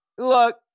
Look